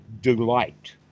delight